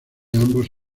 ambos